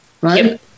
right